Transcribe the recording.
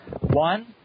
one